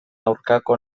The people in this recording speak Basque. aurkako